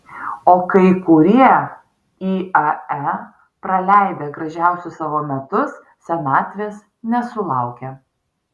o kai kurie iae praleidę gražiausius savo metus senatvės nesulaukia